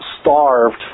starved